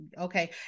Okay